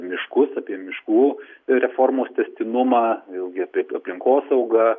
miškus apie miškų reformos tęstinumą vėlgi apie aplinkosaugą